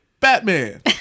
Batman